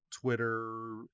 twitter